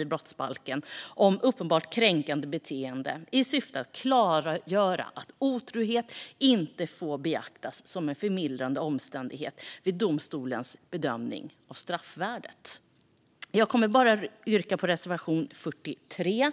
1 brottsbalken om uppenbart kränkande beteende i syfte att klargöra att otrohet inte får beaktas som en förmildrande omständighet vid domstolens bedömning av straffvärdet. Jag yrkar bifall till reservation 43.